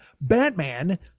Batman